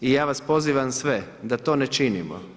I ja vas pozivam sve, da to ne činimo.